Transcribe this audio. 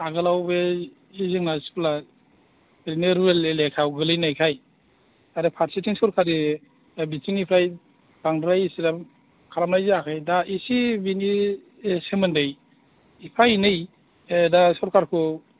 आगोलाव बै जोंना स्कुला ओरैनो रुरेल एलेखायाव गोग्लैनायखाय आरो फारसेथिं सरकारि बिथिंनिफ्राय बांद्राय इसिग्राब खालामनाय जायाखै दा इसे बिनि सोमोन्दै एफा एनै दा सरकारखौ